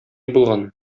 булган